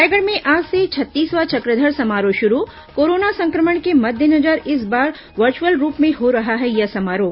रायगढ़ में आज से छत्तीसवां चक्रधर समारोह शुरू कोरोना संक्रमण के मद्देनजर इस बार वर्चुअल रूप में हो रहा है यह समारोह